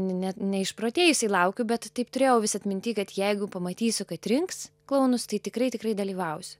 ne neišprotėjusiai laukiau bet taip turėjau vis atminty kad jeigu pamatysiu kad rinks klounus tai tikrai tikrai dalyvausiu